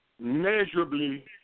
Measurably